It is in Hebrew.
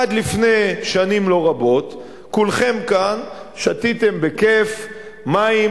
עד לפני שנים לא רבות כולכם כאן שתיתם בכיף מים